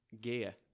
gear